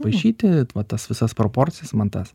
paišyti va tas visas proporcijas man tas